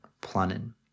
planning